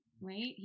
right